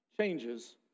changes